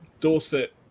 Dorset